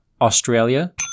Australia